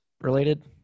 related